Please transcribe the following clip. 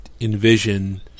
envision